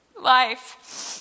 life